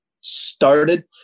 started